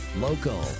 local